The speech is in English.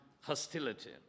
hostility